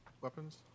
weapons